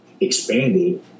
expanded